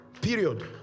Period